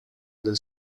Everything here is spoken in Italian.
del